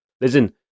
Listen